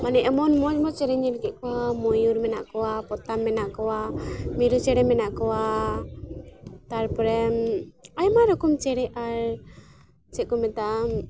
ᱢᱟᱱᱮ ᱮᱢᱚᱱ ᱢᱚᱡᱽ ᱢᱚᱡᱽ ᱪᱮᱬᱮᱧ ᱧᱮᱞ ᱠᱮᱫ ᱠᱚᱣᱟ ᱢᱚᱭᱩᱨ ᱢᱮᱱᱟᱜ ᱠᱚᱣᱟ ᱯᱚᱛᱟᱢ ᱢᱮᱱᱟᱜ ᱠᱚᱣᱟ ᱢᱤᱨᱩ ᱪᱮᱬᱮ ᱢᱮᱱᱟᱜ ᱠᱚᱣᱟ ᱛᱟᱨᱯᱚᱨᱮ ᱟᱭᱢᱟ ᱨᱚᱠᱚᱢ ᱪᱮᱬᱮ ᱟᱨ ᱪᱮᱫᱠᱚ ᱢᱮᱛᱟᱜᱼᱟ